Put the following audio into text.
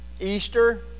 Easter